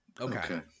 Okay